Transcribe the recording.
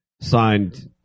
Signed